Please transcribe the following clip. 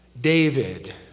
David